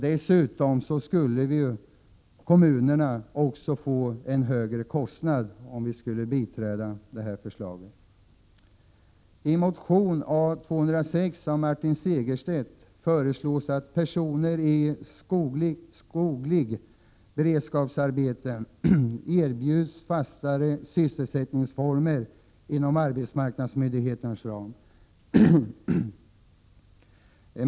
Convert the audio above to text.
Dessutom skulle kommunerna få en högre kostnad om vi biträdde dessa förslag. beredskapsarbete skall erbjudas fastare sysselsättningsformer inom arbetsmarknadsmyndigheternas ram.